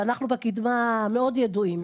ואנחנו מאוד ידועים בקדמה.